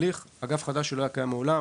- אגף חדש שלא היה קיים מעולם.